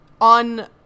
on